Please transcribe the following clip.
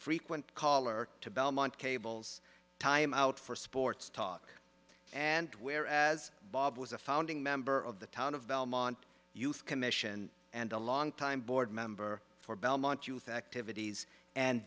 frequent caller to belmont cable's time out for sports talk and whereas bob was a founding member of the town of belmont youth commission and a longtime board member for belmont youth activities and